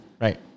Right